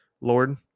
Lord